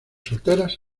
solteras